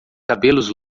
cabelos